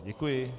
Děkuji.